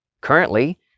Currently